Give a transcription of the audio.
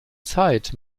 zeit